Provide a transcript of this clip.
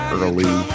early